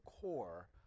core